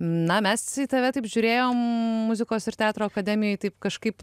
na mes į tave taip žiūrėjom muzikos ir teatro akademijoj taip kažkaip